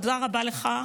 תודה רבה לך.